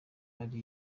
ari